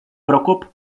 prokop